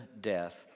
death